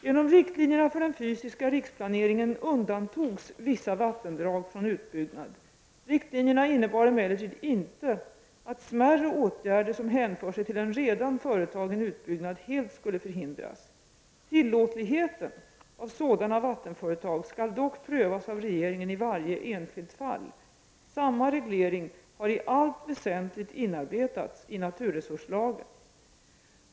Genom riktlinjerna för den fysiska riksplaneringen undantogs vissa vattendrag från utbyggnad. Riktlinjerna innebar emellertid inte att smärre åtgärder som hänför sig till en redan företagen utbyggnad helt skulle förhindras. Tillåtligheten av sådana vattenföretag skall dock prövas av regeringen i varje enskilt fall. Samma reglering har i allt väsentligt inarbetats i naturresurslagen.